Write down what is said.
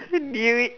knew it